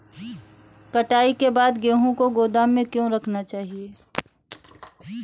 कटाई के बाद गेहूँ को गोदाम में क्यो रखना चाहिए?